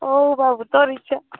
ଓ ବାବୁ ତୋର ଇଛା